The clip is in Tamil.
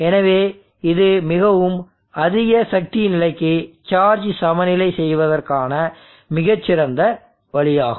எனவே இது மிகவும் அதிக சக்தி நிலைக்கு சார்ஜ் சமநிலை செய்வதற்கான மிகச் சிறந்த வழியாகும்